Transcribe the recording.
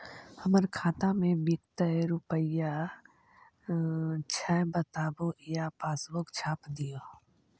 हमर खाता में विकतै रूपया छै बताबू या पासबुक छाप दियो?